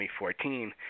2014